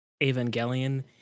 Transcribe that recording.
Evangelion